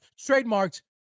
trademarked